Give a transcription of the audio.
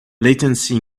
latency